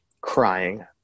crying